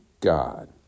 God